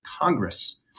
Congress